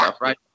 right